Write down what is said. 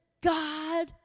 God